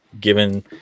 given